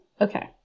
Okay